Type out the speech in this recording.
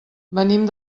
venim